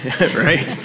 right